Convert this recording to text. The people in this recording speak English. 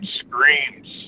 screams